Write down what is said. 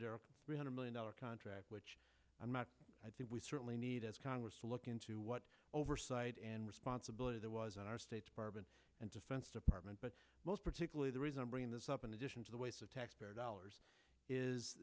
million three hundred million dollar contract which i'm not i think we certainly need as congress look into what oversight and responsibility there was in our state department and defense department but most particularly the reason i bring this up in addition to the waste of taxpayer dollars is